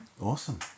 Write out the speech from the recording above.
awesome